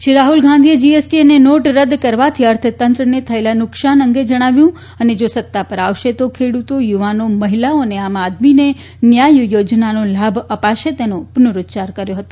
શ્રી રાહ઼લ ગાંધીએ જીએસટી અને નોટ રદ કરવાથી અર્થતંત્રને થયેલા નુકસાન અંગે જણાવ્યું અને જો સત્તા પર આવશે તો ખેડૂતો યુવાનો મહિલાઓ અને આમ આદમીને ન્યાય યોજનાનો લાભ અપાશે તેમ પ્રનરૂચ્ચાર કર્ય હોત